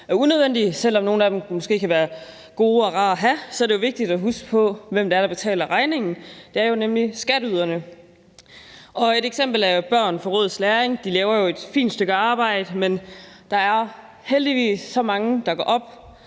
Selv om nogle af dem måske kan være gode og rare at have, er det vigtigt at huske på, hvem det er, der betaler regningen. Det er jo nemlig skatteyderne, og et eksempel på det er Rådet for Børns Læring. De laver jo et fint stykke arbejde, men der er heldigvis så mange, der går op